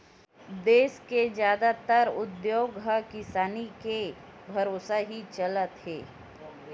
देस के जादातर उद्योग ह किसानी के भरोसा ही चलत हे